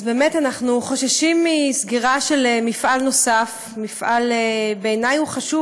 אז באמת אנחנו חוששים מסגירה של מפעל נוסף שבעיני הוא חשוב.